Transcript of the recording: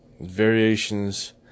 variations